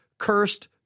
Cursed